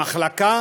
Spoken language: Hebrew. המחלקה?